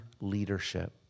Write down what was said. leadership